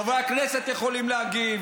חברי הכנסת יכולים להגיב,